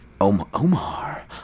Omar